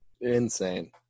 Insane